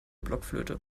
blockflöte